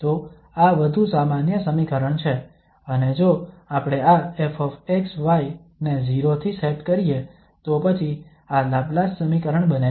તો આ વધુ સામાન્ય સમીકરણ છે અને જો આપણે આ ƒxy ને 0 થી સેટ કરીએ તો પછી આ લાપ્લાસ સમીકરણ બને છે